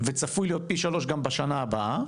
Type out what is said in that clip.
וצפוי להיות ככה גם שנה הבאה,